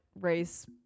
race